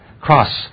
Cross